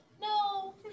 No